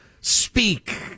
Speak